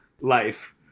life